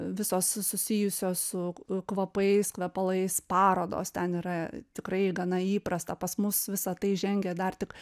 visos su susijusios su kvapais kvepalais parodos ten yra tikrai gana įprasta pas mus visa tai žengia dar tik